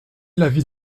l’avis